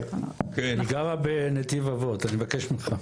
היא גרה בנתיב אבות אני מבקש ממך.